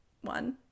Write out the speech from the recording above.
one